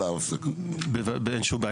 בוודאי.